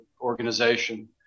organization